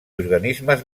organismes